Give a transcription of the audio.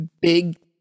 big